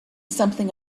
something